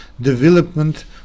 development